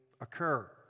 occur